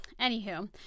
Anywho